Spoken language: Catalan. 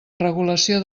regulació